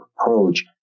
approach